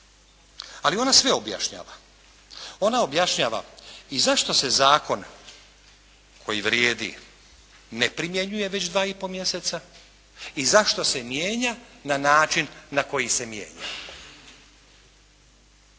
ali ona sve objašnjava. Ona objašnjava i zašto se zakon koji vrijedi ne primjenjuje već dva i pol mjeseca i zašto se mijenja na način na koji se mijenja.